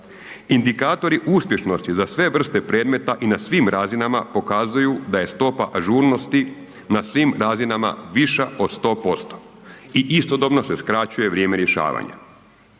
Indikatori uspješnosti za sve vrste predmeta i na svim razinama pokazuju da je stopa ažurnosti na svim razinama viša od 100% i istodobno se skraćuje vrijeme rješavanja.